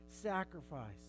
sacrifice